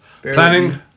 Planning